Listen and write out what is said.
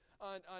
on